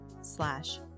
slash